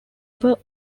were